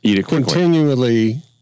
continually